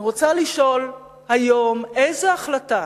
אני רוצה לשאול היום איזו החלטה